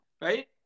Right